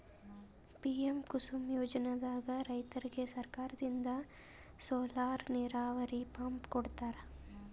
PM Kusum ಯೋಜನೆದಾಗ್ ರೈತರಿಗ್ ಸರ್ಕಾರದಿಂದ್ ಸೋಲಾರ್ ನೀರಾವರಿ ಪಂಪ್ ಕೊಡ್ತಾರ